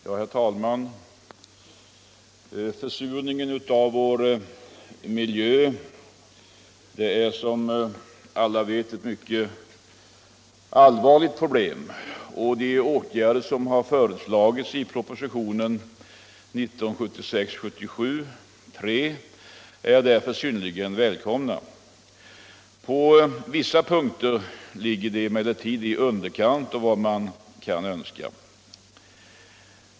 Herr talman! Försurningen av vår miljö är, som alla vet, ett mycket allvarligt problem, och de åtgärder som har föreslagits i proposition 1976/77:3 är därför synnerligen välkomna. På vissa punkter ligger de emellertid i underkant av vad man kan önska.